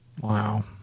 Wow